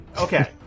Okay